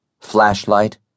Flashlight